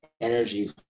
energy